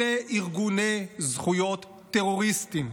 אלה ארגוני זכויות טרוריסטים.